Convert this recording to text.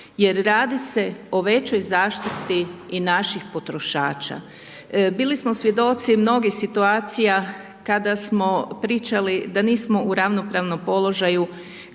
jer radi se o većoj zaštiti i naših potrošača. Bili smo svjedoci mnogih situacija kada smo pričali da nismo u ravnopravnom položaju